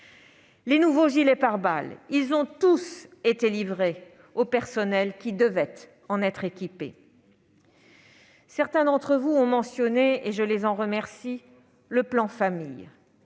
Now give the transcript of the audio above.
les nouveaux gilets pare-balles ont tous été livrés aux personnels qui devaient en être équipés. Certains d'entre vous ont mentionné- je les en remercie -le plan Famille